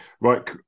Right